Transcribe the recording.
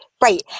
Right